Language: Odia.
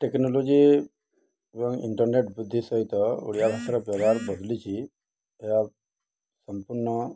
ଟେକ୍ନୋଲୋଜି ଏବଂ ଇଣ୍ଟର୍ନେଟ୍ ବୃଦ୍ଧି ସହିତ ଓଡ଼ିଆ ଭାଷାର ବ୍ୟବହାର ବଦଳିଛି ଏହା ସମ୍ପୂର୍ଣ୍ଣ